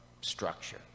structure